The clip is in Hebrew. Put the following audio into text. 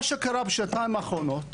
מה שקרה בשנתיים האחרונות